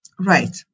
Right